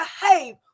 behave